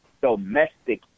domestic